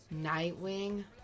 Nightwing